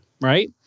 right